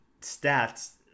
stats